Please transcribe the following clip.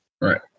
Right